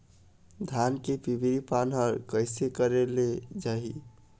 धान के पिवरी पान हर कइसे करेले जाही?